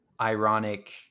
ironic